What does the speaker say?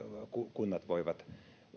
kunnat voivat